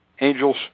angels